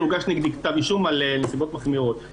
הוגש נגדי כתב אישום על נסיבות מחמירות.